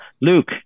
Luke